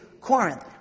Corinth